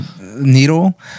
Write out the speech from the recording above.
needle